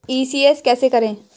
ECS कैसे करें?